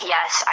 Yes